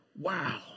Wow